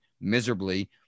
miserably